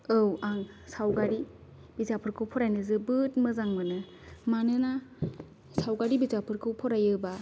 औ आं सावगारि बिजाबफोरखौ फरायनो जोबोद मोजां मोनो मानोना सावगारि बिजाबफोरखौ फरायोब्ला